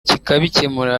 kikabikemura